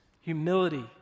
humility